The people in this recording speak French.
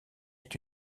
est